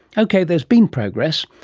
okay, there has been progress.